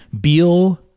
Beal